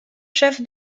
chef